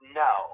no